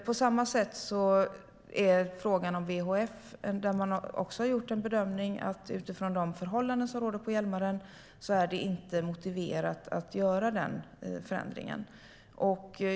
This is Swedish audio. På samma sätt är det med frågan om VHF. Man har gjort bedömningen att utifrån de förhållanden som råder på Hjälmaren är det inte motiverat att göra den förändringen.